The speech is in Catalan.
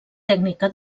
tècnica